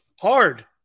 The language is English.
hard